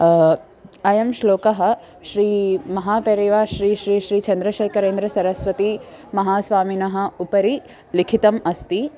अयं श्लोकः श्रीमहापेरिवा श्री श्री श्रीचन्द्रशेकरेन्द्रसरस्वती महास्वामिनः उपरि लिखितम् अस्ति